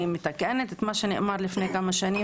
אני מתקנת את מה שנאמר לפני כמה שנים